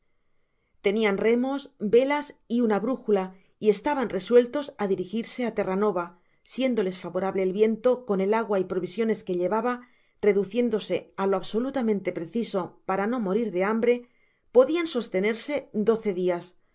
tenian remos velas y una brújula y estaban resueltos á dirigirse á terranova siéndoles favorable el viento con el agua y provisiones que llevaba reduciéndose á lo absolutamente preciso para no morir de hambre podian sostenerse doce